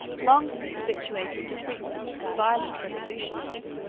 long since habituated to frequent and violent revolutions,